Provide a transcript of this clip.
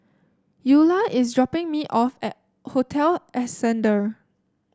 Eula is dropping me off at Hotel Ascendere